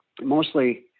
mostly